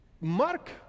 Mark